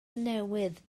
newydd